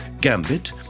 Gambit